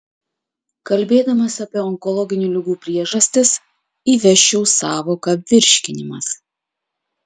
kalbėdamas apie onkologinių ligų priežastis įvesčiau sąvoką virškinimas